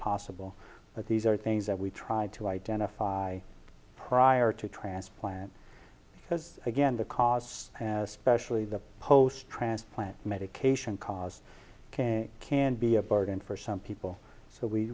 possible but these are things that we tried to identify prior to transplant because again the costs as specially the post transplant medication cause can be a burden for some people so we